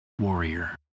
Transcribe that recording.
warrior